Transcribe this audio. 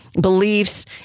beliefs